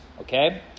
okay